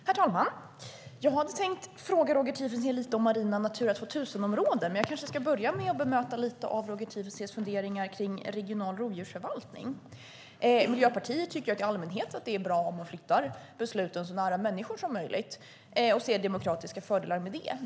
Herr talman! Jag hade tänkt fråga Roger Tiefensee lite grann om marina Natura 2000-områden, men jag kanske ska börja med att bemöta Roger Tiefensees funderingar på regional rovdjursförvaltning. Miljöpartiet tycker i allmänhet att det är bra om man flyttar besluten så nära människor som möjligt och ser demokratiska fördelar med det.